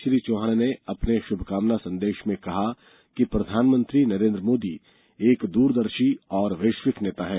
श्री चौहान ने अपने शुभकामना संदेश में कहा है कि प्रधानमंत्री नरेन्द्र मोदी एक दूरदर्शी और वैश्विक नेता है